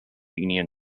union